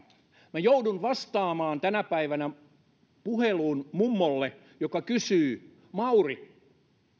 minä joudun vastaamaan tänä päivänä puheluun mummolle joka kysyy näin mauri